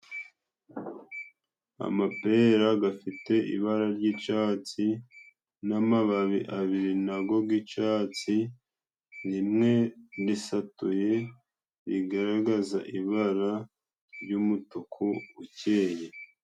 Amapera gafite ibara ry'icyatsi n'amababi abiri na go g'icyatsi, rimwe risatuye rigaragaza ibara ry'umutuku ukeye.